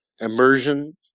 immersion